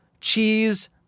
cheese